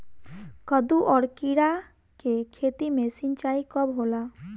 कदु और किरा के खेती में सिंचाई कब होला?